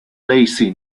lacy